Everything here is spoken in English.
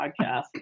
podcast